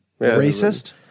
racist